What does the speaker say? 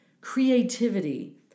creativity